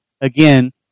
again